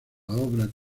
obra